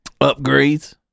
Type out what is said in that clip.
upgrades